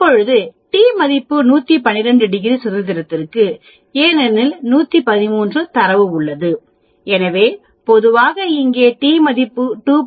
இப்போது t மதிப்பு 112 degree சுதந்திரத்திற்கு ஏனெனில் 113 தரவு உள்ளது எனவே பொதுவாக இங்கே t மதிப்பு 2